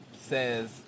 says